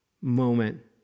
moment